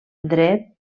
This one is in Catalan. dret